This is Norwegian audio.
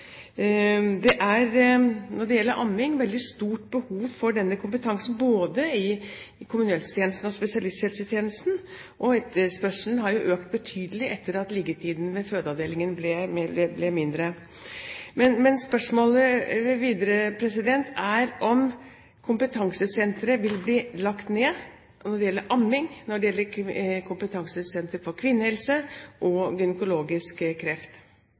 Når det gjelder amming, er det veldig stort behov for denne kompetansen både i kommunehelsetjenesten og spesialisthelsetjenesten, og etterspørselen har økt betydelig etter at liggetiden ved fødeavdelingen ble kortere. Men spørsmålet videre er om kompetansesentre vil bli lagt ned når det gjelder amming, og når det gjelder kvinnehelse og gynekologisk kreft.